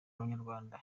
abanyarwanda